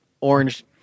Orange